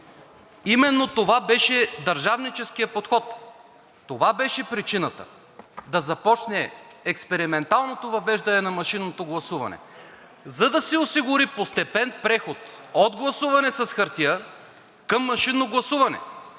Именно това беше държавническият подход, това беше причината да започне експерименталното въвеждане на машинното гласуване, за да се осигури постепенен преход от гласуване с хартия към машинно гласуване